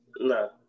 no